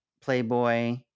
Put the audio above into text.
Playboy